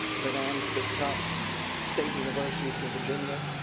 went on to the top state universities in virginia.